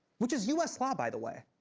which is u s. law, by the way.